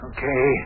Okay